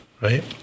right